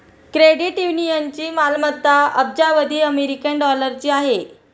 credit युनियनची मालमत्ता अब्जावधी अमेरिकन डॉलरची आहे